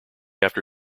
after